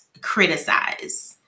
criticize